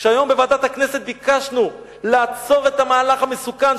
כשהיום בוועדת הכנסת ביקשנו לעצור את המהלך המסוכן,